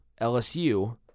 LSU